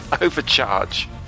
Overcharge